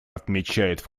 отмечает